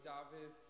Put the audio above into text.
David